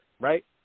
right